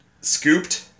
Scooped